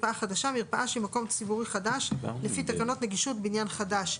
"מרפאה חדשה" מרפאה שהיא מקום ציבורי חדש לפי תקנות נגישות בניין חדש.